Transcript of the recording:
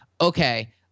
okay